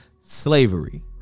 slavery